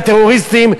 לטרוריסטים,